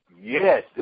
Yes